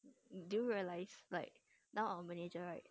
did you realise like now our manager right